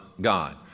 God